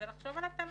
ולחשוב על התלמידים.